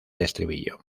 estribillo